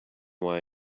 why